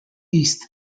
east